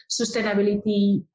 sustainability